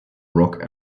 rock